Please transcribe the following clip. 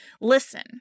listen